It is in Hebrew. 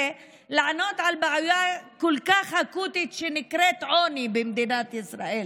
לענות על בעיה כל כך אקוטית במדינת ישראל,